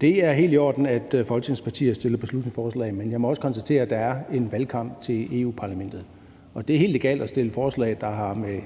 Det er helt i orden, at Folketingets partier fremsætter beslutningsforslag, men jeg må også konstatere, at der er en valgkamp til Europa-Parlamentet. Det er helt legalt at fremsætte forslag, der har med